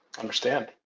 Understand